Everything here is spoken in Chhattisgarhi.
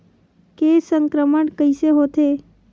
के संक्रमण कइसे होथे?